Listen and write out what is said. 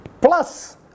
Plus